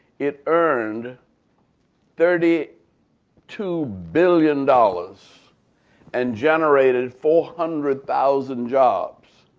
it earned thirty two billion dollars and generated four hundred thousand jobs.